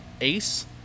Ace